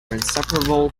inseparable